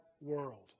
world